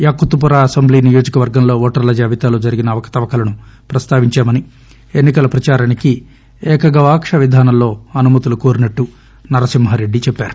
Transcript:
Yakutpura assembly నియోజకవర్గంలో ఓటర్ల జాబితాలో జరిగిన అవకతవకలను ప్రస్తావించామని ఎన్ని కల ప్రదారానికి ఏక గవాక్ష విధానంలో అనుమతులు కోరినట్లు నరసింహారెడ్డి చెప్పారు